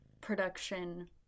production